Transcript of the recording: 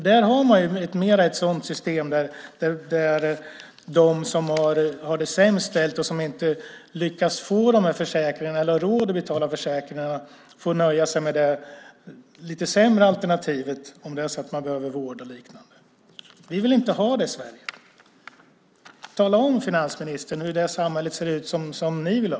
Där har man mer ett sådant system där de som har det sämst ställt och inte lyckas få försäkringar eller har råd att betala försäkringar får nöja sig med det lite sämre alternativet om de behöver vård och liknande. Vi vill inte ha det i Sverige. Tala om, finansministern, hur det samhälle ser ut som ni vill ha!